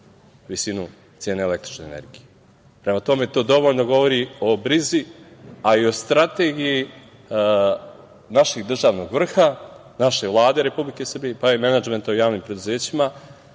visinu cene električne energije. Prema tome, to dovoljno govori o brizi, a i o strategiji našeg državnog vrha, naše Vlade Republike Srbije, pa i menadžmenta u javnim preduzećima,